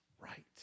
right